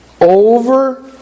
over